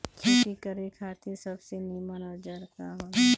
खेती करे खातिर सबसे नीमन औजार का हो ला?